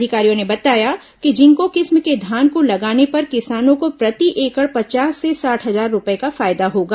अधिकारियों ने बताया कि जिंको किस्म के धान को लगाने पर किसानों को प्रति एकड़ पचास से साठ हजार रूपए का फायदा होगा